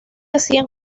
hacían